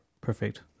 perfect